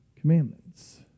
commandments